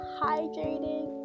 hydrating